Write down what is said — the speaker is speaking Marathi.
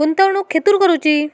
गुंतवणुक खेतुर करूची?